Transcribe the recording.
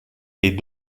est